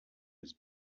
his